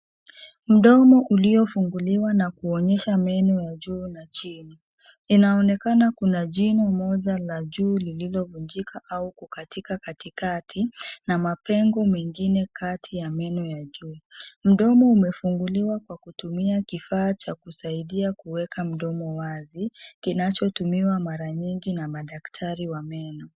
Mdomo uliofungiliwa na kuonyesha meno ya juu na chini. Inaonekana kuna jino moja la juu lililovunjika au kukatika katikati na mapengo mengine kati ya meno ya juu. Mdomo umefunguliwa kwa kutumia kifaa cha kusaidia kuweka mdomo wazi kinachotumiwa mara mingi na madaktari wa meno.